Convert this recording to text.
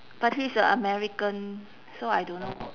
but he is a american so I don't know